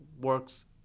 works